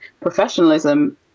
professionalism